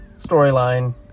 storyline